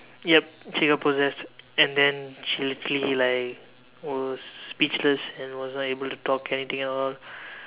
yup she got possessed and then she literally like was speechless and was unable to talk anything at all